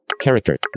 character